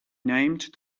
named